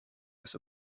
was